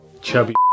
Chubby